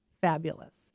fabulous